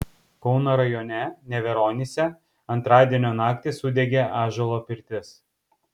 kauno rajone neveronyse antradienio naktį sudegė ąžuolo pirtis